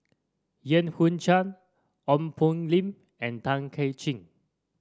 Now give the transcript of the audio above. Yan Hui Chang Ong Poh Lim and Tay Kay Chin